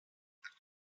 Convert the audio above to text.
கிடந்த